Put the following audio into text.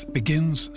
begins